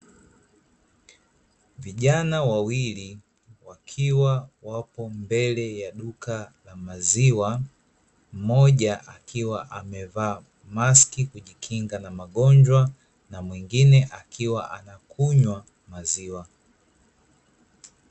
Vijana wawili wakiwa wapo mbele ya duka la maziwa, mmoja akiwa amevaa maski kujikinga na magonjwa na mwingine akiwa anakunywa maziwa.